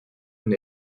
vous